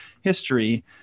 history